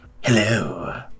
Hello